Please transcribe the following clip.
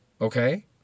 okay